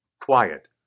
quiet